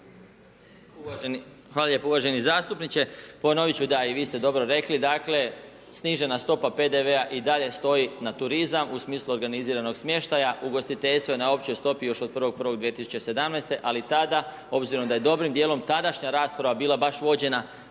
Hvala lijepo. Uvaženi zastupniče, ponovit ću, da, i vi ste dobro rekli dakle, snižena stopa PDV-a i dalje stoji na turizam u smislu organiziranog smještaja, ugostiteljstvo je na općoj stopi još od 1.1.2017. ali tada obzirom da je dobrim tadašnja rasprava bila baš vođena